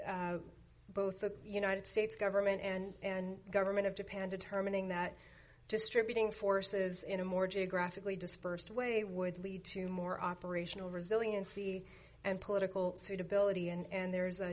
and both the united states government and and the government of japan determining that distributing forces in a more geographically dispersed way would lead to more operational resiliency and political suitability and there's a